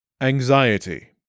anxiety